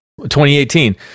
2018